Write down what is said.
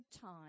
time